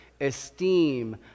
esteem